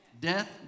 Death